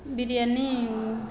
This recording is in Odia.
ବିରିୟାନି